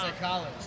College